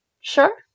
Sure